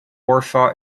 warsaw